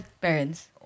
parents